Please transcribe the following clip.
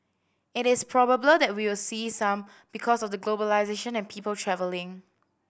it is probable that we will see some because of the globalisation and people travelling